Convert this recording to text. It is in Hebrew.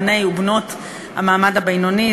בני ובנות המעמד הבינוני,